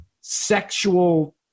sexual